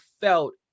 felt